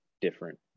different